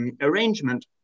arrangement